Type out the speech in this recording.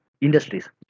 industries